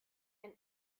ein